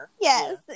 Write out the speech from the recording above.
yes